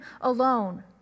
alone